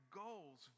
goals